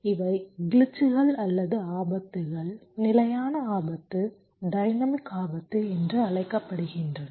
இவை கிளிட்சுகள் அல்லது ஆபத்துகள் நிலையான ஆபத்து டைனமிக் ஆபத்து என்று அழைக்கப்படுகின்றன